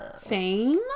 fame